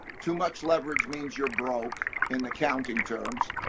too much leverage means you're broke, in accounting terms.